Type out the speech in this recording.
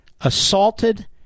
assaulted